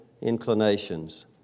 inclinations